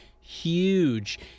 huge